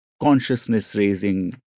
consciousness-raising